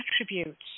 attributes